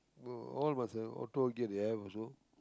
but uh all must have auto gear they have also